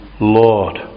Lord